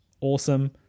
Awesome